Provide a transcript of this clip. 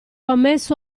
ammesso